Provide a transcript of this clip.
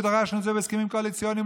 ודרשנו את זה בהסכמים קואליציוניים,